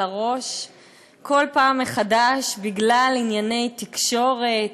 הראש כל פעם מחדש בגלל ענייני תקשורת,